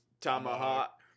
Tomahawk